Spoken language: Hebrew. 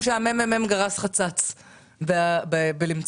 המ.מ.מ גרס חצץ בלמצוא.